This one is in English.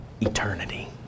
eternity